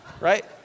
right